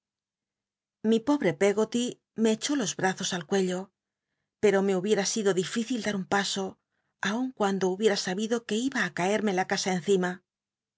mi pobt'e peggoty me echó los bmzos al cuello pero me hubiera sido dificil dar un paso aun cuando hubiera sabido que iba ri caerme la casa encima